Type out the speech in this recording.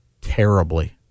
terribly